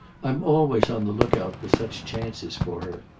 i'm always on the lookout for such chances for her.